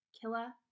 Killa